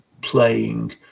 playing